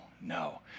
no